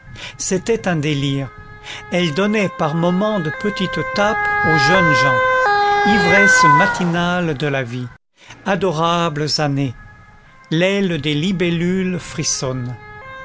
c'était un délire elles donnaient par moments de petites tapes aux jeunes gens ivresse matinale de la vie adorables années l'aile des libellules frissonne